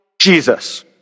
Jesus